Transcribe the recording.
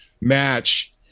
match